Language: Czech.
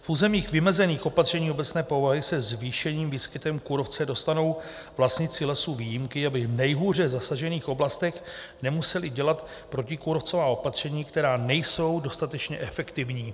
V územích vymezených opatřeními obecné povahy se zvýšeným výskytem kůrovce dostanou vlastníci lesů výjimky, aby v nejhůře zasažených oblastech nemuseli dělat protikůrovcová opatření, která nejsou dostatečně efektivní.